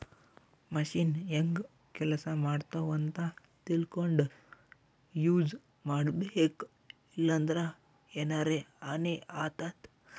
machine ಹೆಂಗ್ ಕೆಲಸ ಮಾಡ್ತಾವ್ ಅಂತ್ ತಿಳ್ಕೊಂಡ್ ಯೂಸ್ ಮಾಡ್ಬೇಕ್ ಇಲ್ಲಂದ್ರ ಎನರೆ ಹಾನಿ ಆತದ್